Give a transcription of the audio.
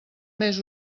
més